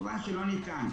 כמובן שלא ניתן.